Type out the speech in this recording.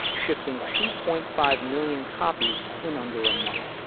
shifting two point five million copies in under a month